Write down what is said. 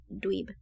dweeb